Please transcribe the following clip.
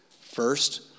First